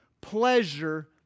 pleasure